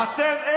אתם מיניתם אותו.